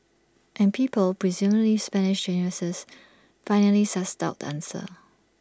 and people presumably Spanish geniuses finally sussed out the answer